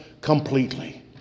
completely